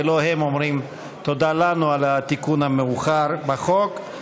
ולא הם אומרים תודה לנו על התיקון המאוחר בחוק,